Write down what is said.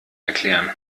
erklären